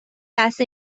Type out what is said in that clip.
لحظه